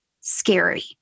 scary